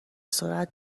سرعت